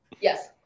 Yes